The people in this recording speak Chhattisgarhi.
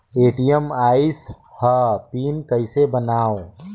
ए.टी.एम आइस ह पिन कइसे बनाओ?